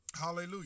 Hallelujah